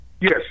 Yes